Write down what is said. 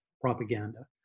propaganda